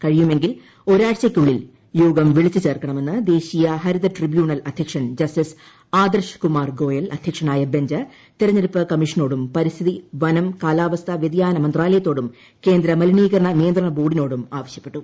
കഴിയുമെങ്കിൽ ഒരാഴ്ചയ്ക്കുള്ളിൽ യോഗം വിളിച്ച് ചേർക്കണമെന്ന് ദേശീയ ഹരിത ട്രൈബ്യൂണൽ അദ്ധ്യക്ഷൻ ജസ്റ്റിസ് ആദർശ് കുമാർ ഗോയൽ അധ്യക്ഷനായ ബെഞ്ച് തെരഞ്ഞെടുപ്പ് കമ്മീഷനോടും പരിസ്ഥിതി വനം കാലാവസ്ഥാ വൃതിയാന മന്ത്രാലയത്തോടും കേന്ദ്ര മലിനീകരണ നിയന്ത്രണ ബോർഡിനോടും ആവശ്യപ്പെട്ടു